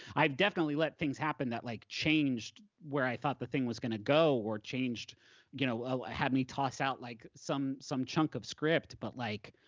i've definitely let things happen that like changed where i thought the thing was gonna go or you know ah had me toss out like some some chunk of script, but like